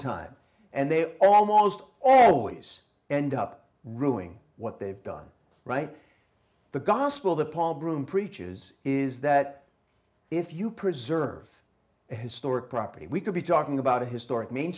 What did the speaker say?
time and they almost always end up ruining what they've done right the gospel that paul broun preaches is that if you preserve historic property we could be talking about a historic main